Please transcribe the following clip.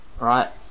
right